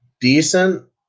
decent